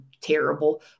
terrible